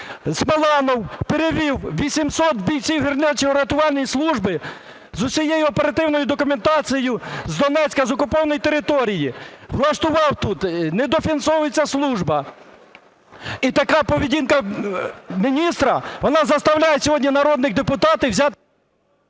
Смоланов перевів 800 бійців гірничорятувальної служби з усією оперативно документацією з Донецька, з окупованої території, влаштував тут. Недофінансовується служба. І така поведінка міністра, вона заставляє сьогодні народних депутатів…